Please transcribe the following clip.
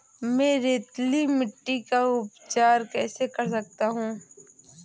मैं रेतीली मिट्टी का उपचार कैसे कर सकता हूँ?